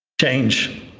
change